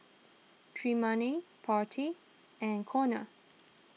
Tremayne Marty and Conner